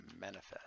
manifest